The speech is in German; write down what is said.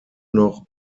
noch